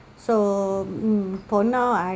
so mm for now I